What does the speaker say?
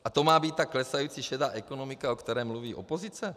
A to má být ta klesající šedá ekonomika, o které mluví opozice?